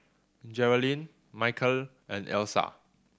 Geralyn Michal and Elsa